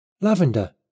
Lavender